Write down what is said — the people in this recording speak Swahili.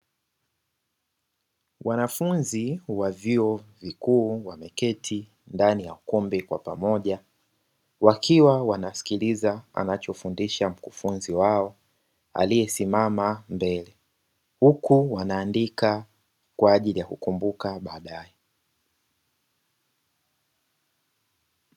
Wanafunzi wa vyuo vikuu wameketi ndani ya ukumbi kwa pamoja wakiwa wanasikiliza anachofundisha mkufunzi wao aliyesimama mbele, huku wanaandika kwa ajili ya kukumbuka baadaye.